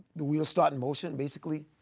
the wheels start in motion, basically,